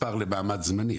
מספר למעמד זמני,